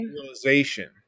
Realization